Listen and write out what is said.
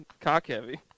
Cock-heavy